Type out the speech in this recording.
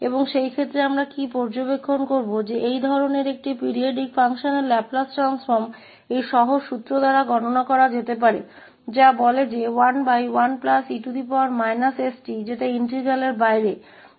और उस स्थिति में हम क्या देखेंगे कि इस तरह के एक आवधिक फ़ंक्शन के लाप्लास परिवर्तन की गणना इस सरल सूत्र द्वारा की जा सकती है जो कहता है कि 11 e sTजो बाहरी अभिन्न है